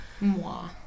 moi